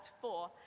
four